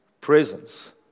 presence